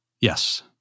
Yes